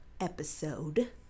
episode